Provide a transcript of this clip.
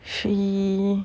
she